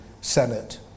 Senate